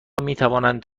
میتوانند